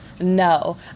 no